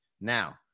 Now